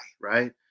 Right